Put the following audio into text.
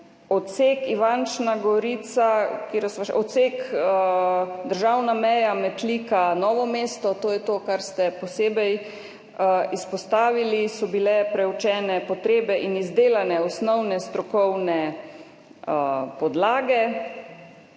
v letu 2026. Glede odseka državna meja–Metlika–Novo mesto, to je to, kar ste posebej izpostavili, so bile preučene potrebe in izdelane osnovne strokovne podlage.